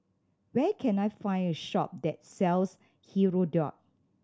where can I find a shop that sells Hirudoid